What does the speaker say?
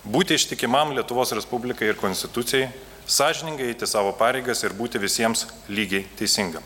būti ištikimam lietuvos respublikai ir konstitucijai sąžiningai eiti savo pareigas ir būti visiems lygiai teisingam